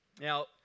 Now